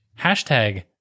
hashtag